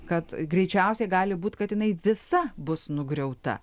kad greičiausiai gali būt kad jinai visa bus nugriauta